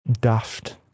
daft